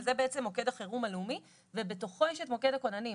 שזה בעצם מוקד החירום הלאומי ובתוכו יש את מוקד הכוננים,